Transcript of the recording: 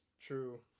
true